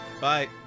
Bye